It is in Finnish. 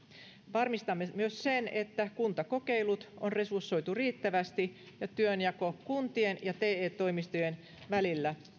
varmistamme myös sen että kuntakokeilut on resursoitu riittävästi ja työnjako kuntien ja te toimistojen välillä